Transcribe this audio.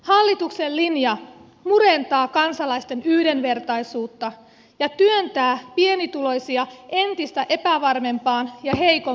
hallituksen linja murentaa kansalaisten yhdenvertaisuutta ja työntää pienituloisia entistä epävarmempaan ja heikompaan asemaan